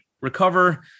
recover